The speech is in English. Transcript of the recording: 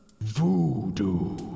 Voodoo